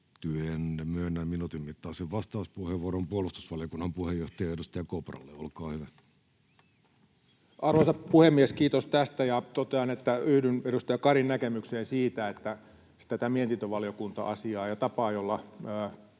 myönnän minuutin mittaisen vastauspuheenvuoron puolustusvaliokunnan puheenjohtaja, edustaja Kopralle. — Olkaa hyvä. Arvoisa puhemies! Kiitos tästä, ja totean, että yhdyn edustaja Karin näkemykseen siitä, että tätä mietintövaliokunta-asiaa ja tapaa, jolla